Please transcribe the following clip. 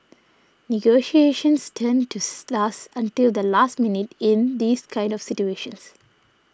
negotiations tend tooth last until the last minute in these kind of situations